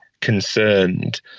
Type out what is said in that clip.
concerned